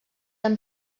amb